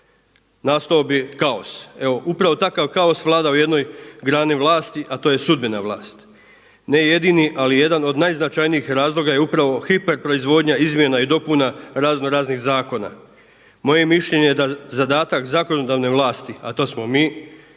Nastao bi kaos. Evo upravo takav kaos vlada u jednoj grani vlasti, a to je sudbena vlast. Ne jedini, ali jedan od najznačajnijih razloga je upravo hiper proizvodnja, izmjena i dopuna razno raznih zakona. Moje je mišljenje da zadatak zakonodavne vlasti, a to smo mi